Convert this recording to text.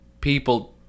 People